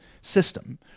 system